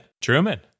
Truman